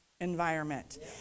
environment